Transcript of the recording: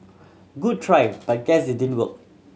good try but guess it didn't work